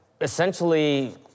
essentially